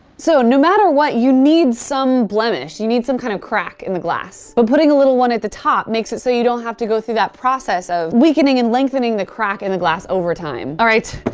so no matter what, you need some blemish. you need some kind of crack in the glass. and but putting a little one at the top makes it so you don't have to go through that process of weakening and lengthening the crack in the glass over time. all right,